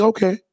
Okay